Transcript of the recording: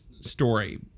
story